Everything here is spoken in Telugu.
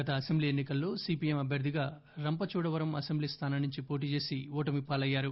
గత అసెంబ్లీ ఎన్ని కల్లో సీపీఎం అభ్వర్థిగా రంపచోడవరం అసెంబ్లీ స్థానం నుంచి పోటీ చేసి ఓటమి పాలయ్యారు